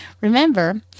remember